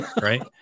right